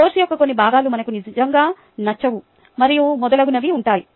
course యొక్క కొన్ని భాగాలు మనకు నిజంగా నచ్చవు మరియు మొదలగునవి ఉంటాయి